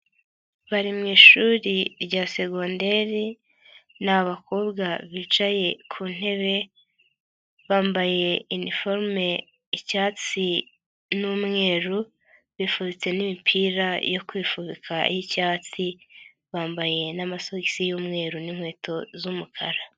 Bari mu ishuri rya segonderi ni abakobwa bicaye ku ntebe bambaye iniforume icyatsi n'umweru. Bifubitse n'imipira yo kwifubika y'icyatsi. Bambaye n'amasogisi y'umweru n'inkweto z'umukara.